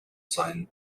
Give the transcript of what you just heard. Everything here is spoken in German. sein